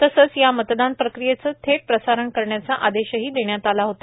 तसंच या मतदान प्रक्रियेचं थेट प्रसारण करण्याचा आदेशही देण्यात आला होता